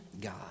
God